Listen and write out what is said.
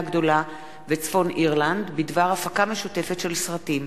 הגדולה וצפון-אירלנד בדבר הפקה משותפת של סרטים,